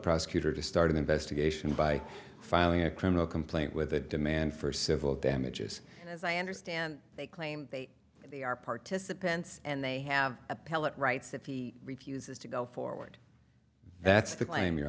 prosecutor to start an investigation by filing a criminal complaint with a demand for civil damages as i understand they claim they are participants and they have appellate rights if he refuses to go forward that's the claim your